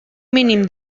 mínim